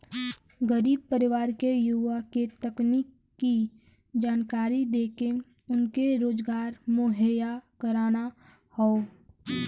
गरीब परिवार के युवा के तकनीकी जानकरी देके उनके रोजगार मुहैया कराना हौ